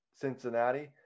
Cincinnati